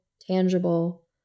tangible